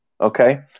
Okay